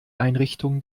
einrichtung